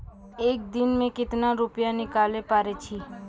एक दिन मे केतना रुपैया निकाले पारै छी?